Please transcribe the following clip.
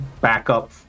backup